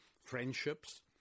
friendships